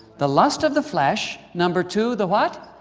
the lust of the flesh, number two, the what.